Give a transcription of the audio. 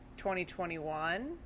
2021